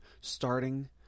starting